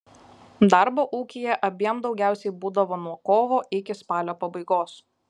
darbo ūkyje abiem daugiausiai būdavo nuo kovo iki spalio pabaigos